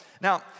Now